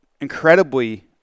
incredibly